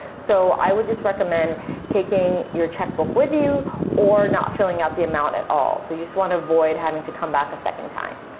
so i would just recommend taking your check book with you, or not filling out the amount at all, so you just want to avoid having to come back a second time.